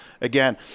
Again